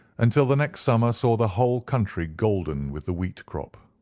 until the next summer saw the whole country golden with the wheat crop.